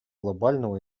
глобального